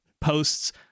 posts